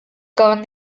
hun